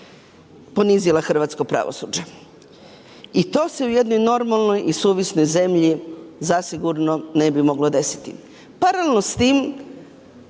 ponizila hrvatsko pravosuđe i to se u jednoj normalno i suvisloj zemlji zasigurno ne bilo moglo desiti. Paralelno s tim,